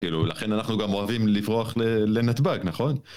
כאילו, לכן אנחנו גם אוהבים לברוח לנתב"ג, נכון?